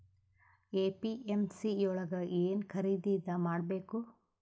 APMC ಯೊಳಗ ಏನ್ ಖರೀದಿದ ಮಾಡ್ಬೇಕು?